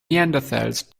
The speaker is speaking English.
neanderthals